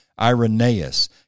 Irenaeus